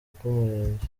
bw’umurenge